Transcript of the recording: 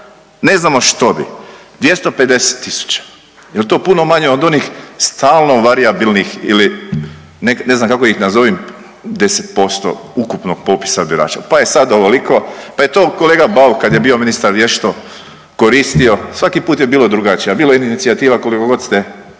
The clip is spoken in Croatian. ne znamo što bi. 250.000 jel to puno manje od onih stalno varijabilnih ili ne znam kako da ih nazovi 10% ukupnog popisa birača, pa je sad ovoliko, pa je to kolega Bauk kad je bio ministar vješto koristio, svaki put je bilo drugačije, a bilo je inicijativa kolikogod ste